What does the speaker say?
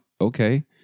okay